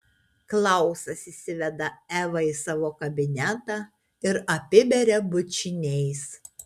klausas įsiveda evą į savo kabinetą ir apiberia bučiniais